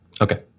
Okay